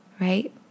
Right